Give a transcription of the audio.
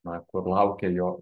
na kur laukia jo